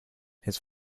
his